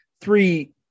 three